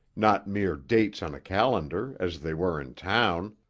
not mere dates on a calendar as they were in town.